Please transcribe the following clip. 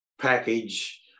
package